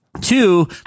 two